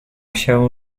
się